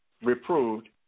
reproved